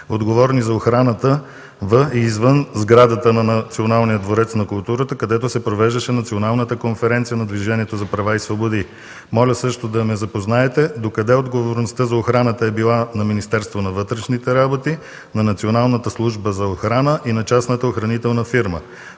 отговорни за охраната във и извън сградата на Националния дворец на културата, където се провеждаше Националната конференция на Движението за права и свободи. Моля също да ме запознаете докъде отговорността за охраната е била на Министерството на вътрешните работи, на Националната служба за охрана и на частната охранителна фирма.